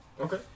okay